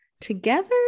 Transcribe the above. together